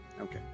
Okay